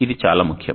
ఇది చాలా ముఖ్యం